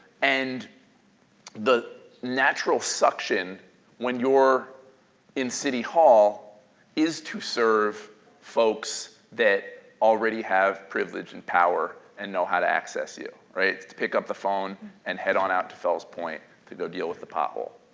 and the natural suction when you're in city hall is to serve folks that already have privilege, and power, and know how to access you. right? to pick up the phone and head on out fells point to go deal with the pothole.